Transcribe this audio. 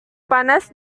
panas